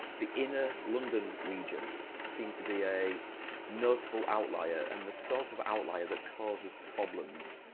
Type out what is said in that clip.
the inner london region seemed to be a notable outlier and the sort of outlier that causes problems.